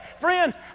Friends